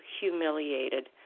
humiliated